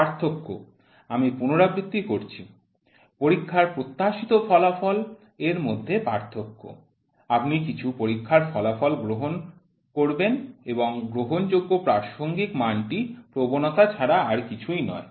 পার্থক্য আমি পুনরাবৃত্তি করছি পরীক্ষার প্রত্যাশিত ফলাফল এর মধ্যে পার্থক্য আপনি কিছু পরীক্ষার ফলাফল গ্রহণ করবেন এবং গ্রহণযোগ্য প্রাসঙ্গিক মানটি প্রবণতা ছাড়া কিছুই নয়